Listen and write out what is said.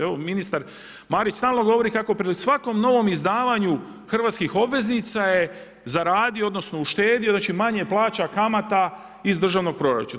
Evo, ministar Marić stalno govori kako pred svakom novom izdavanju hrvatskih obveznica je zaradio odnosno uštedio znači, manje plaća kamata iz državnog proračuna.